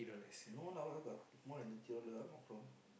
no lah where got more than